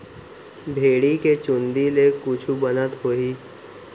भेड़ी के चूंदी ले कुछु बनत होही?